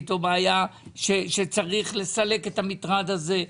או בעיה שבה צריך לסלק את המטרד הזה.